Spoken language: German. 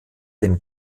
den